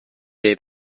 day